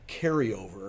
carryover